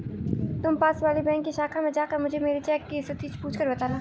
तुम पास वाली बैंक की शाखा में जाकर मुझे मेरी चेक की स्थिति पूछकर बताना